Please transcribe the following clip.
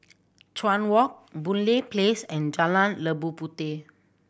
Chuan Walk Boon Lay Place and Jalan Labu Puteh